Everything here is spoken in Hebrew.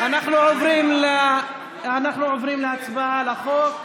אנחנו עוברים להצבעה על החוק.